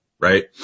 right